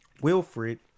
Wilfred